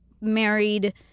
married